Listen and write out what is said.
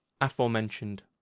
aforementioned